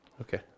Okay